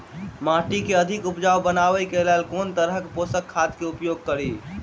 माटि केँ अधिक उपजाउ बनाबय केँ लेल केँ तरहक पोसक खाद केँ उपयोग करि?